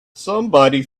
somebody